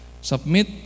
Submit